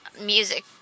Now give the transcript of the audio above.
music